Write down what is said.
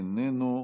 איננו.